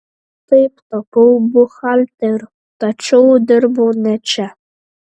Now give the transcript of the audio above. taip tapau buhalteriu tačiau dirbau ne čia